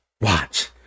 Watch